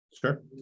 Sure